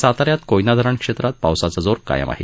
सातान्यात कोयना धरण क्षेत्रात पावसाचा जोर कायम आहे